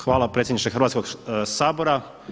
Hvala predsjedniče Hrvatskog sabora.